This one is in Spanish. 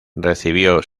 recibió